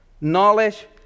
knowledge